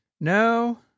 No